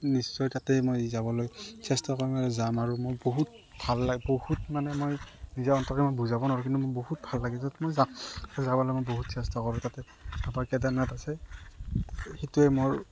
নিশ্চয় তাতেই মই যাবলৈ চেষ্টা কৰিম আৰু যাম আৰু মোৰ বহুত ভাল লাগব বহুত মানে মই নিজৰ অন্তৰক মই বুজাব নোৱাৰোঁ কিন্তু মোৰ বহুত ভাল লাগে য'ত মই যাম যাবলৈ মই বহুত চেষ্টা কৰোঁ তাতে বাবা কেদাৰনাথ আছে সেইটোৱে মোৰ